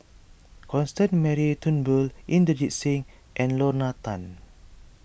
Constance Mary Turnbull Inderjit Singh and Lorna Tan